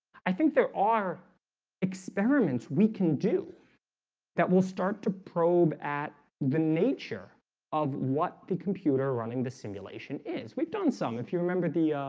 i think there are experiments we can do that will start to probe at the nature of what the computer running the simulation is. we've done some if you remember the